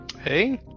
Hey